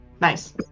Nice